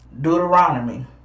Deuteronomy